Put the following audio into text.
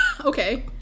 Okay